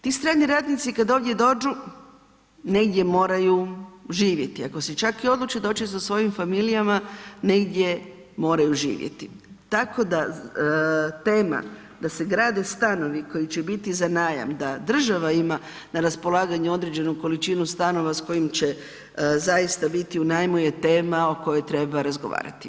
Ti strani radnici kad ovdje dođu, negdje moraju živjeti ako se čak i odluče doći sa svojim familijama negdje moraju živjeti tako da tema da se grade stanovi koji će biti za najam da država ima na raspolaganju određenu količinu stanova s kojima će zaista biti u najmu je tema o kojoj treba razgovarati.